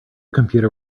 computer